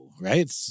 Right